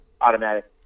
Automatic